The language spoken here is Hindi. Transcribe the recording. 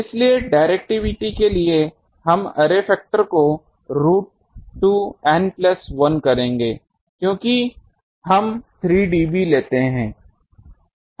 इसलिए डिरेक्टिविटी के लिए हम अर्रे फैक्टर को रूट 2 N प्लस 1 करेंगे क्योंकि हम 3 dB लेते हैं